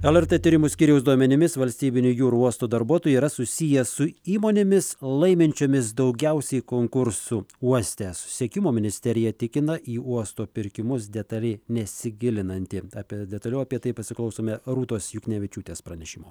lrt tyrimų skyriaus duomenimis valstybinio jūrų uosto darbuotojai yra susiję su įmonėmis laiminčiomis daugiausiai konkursų uoste susisiekimo ministerija tikina į uosto pirkimus detaliai nesigilinanti apie detaliau apie tai pasiklausome rūtos juknevičiūtės pranešimo